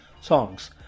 songs